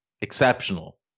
Exceptional